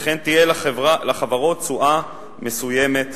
וכן תהיה לחברות תשואה מסוימת וגבוהה.